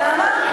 למה?